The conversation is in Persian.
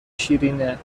شیرینه